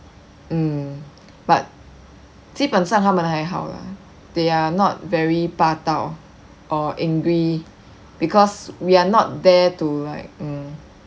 mm but 基本上他们还好 lah they are not very 霸道 or angry because we're not there to like mm